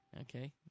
Okay